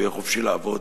ויהיה חופשי לעבוד